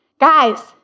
Guys